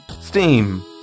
Steam